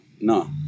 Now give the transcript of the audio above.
No